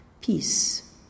Peace